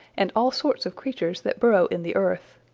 and all sorts of creatures that burrow in the earth.